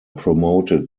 promoted